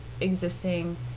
existing